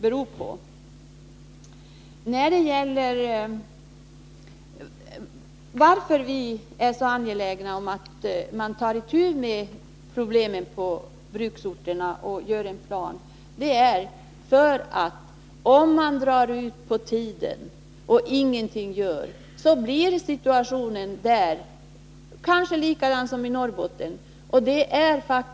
En anledning till att vi är så angelägna om att man tar itu med problemen på bruksorterna och upprättar en plan är, att om det drar ut på tiden och ingenting görs, blir situationen kanske likadan som i Norrbotten.